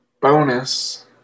bonus